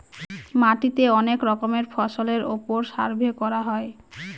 মাটিতে অনেক রকমের ফসলের ওপর সার্ভে করা হয়